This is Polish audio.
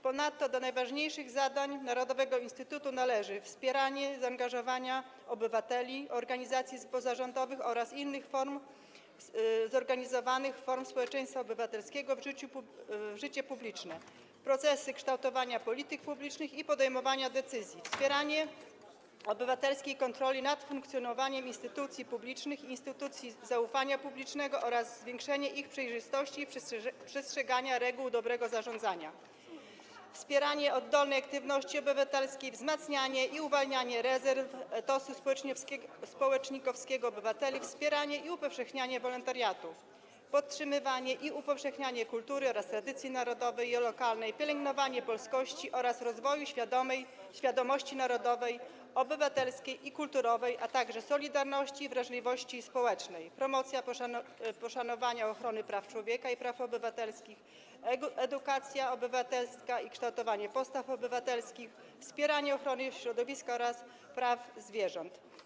Ponadto do najważniejszych zadań narodowego instytutu należą: wspieranie zaangażowania obywateli, organizacji pozarządowych oraz innych zorganizowanych form społeczeństwa obywatelskiego w życie publiczne, a także procesy kształtowania polityk publicznych i podejmowania decyzji; wspieranie obywatelskiej kontroli nad funkcjonowaniem instytucji publicznych i instytucji zaufania publicznego oraz zwiększenie ich przejrzystości i przestrzegania reguł dobrego zarządzania; wspieranie oddolnej aktywności obywatelskiej, wzmacnianie i uwalnianie rezerw etosu społecznikowskiego obywateli, wspieranie i upowszechnianie wolontariatu; podtrzymywanie i upowszechnianie kultury oraz tradycji narodowej i lokalnej, pielęgnowanie polskości oraz rozwoju świadomości narodowej, obywatelskiej i kulturowej, a także solidarności i wrażliwości społecznej; promocja poszanowania i ochrony praw człowieka i praw obywatelskich; edukacja obywatelska i kształtowanie postaw obywatelskich; wspieranie ochrony środowiska oraz praw zwierząt.